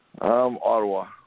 Ottawa